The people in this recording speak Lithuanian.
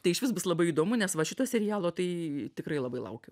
tai išvis bus labai įdomu nes va šito serialo tai tikrai labai laukiu